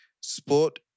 sport